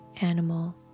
animal